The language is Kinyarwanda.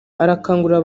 arakangurira